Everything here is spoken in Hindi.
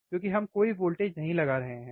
क्योंकि हम कोई वोल्टेज नहीं लगा रहे हैं